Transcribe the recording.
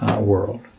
world